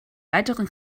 weiteren